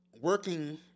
working